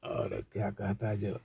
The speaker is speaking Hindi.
और क्या कहता है जो